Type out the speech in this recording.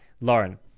lauren